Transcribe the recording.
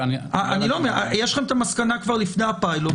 יש לכם המסקנה לפי הפילוט,